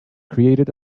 created